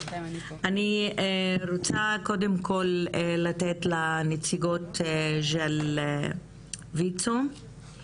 אני רוצה קודם כל לתת לנציגות של ויצ"ו את רשות הדיבור.